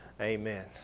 Amen